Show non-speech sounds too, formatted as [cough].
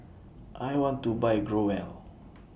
I want to Buy Growell [noise]